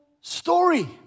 story